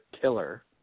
killer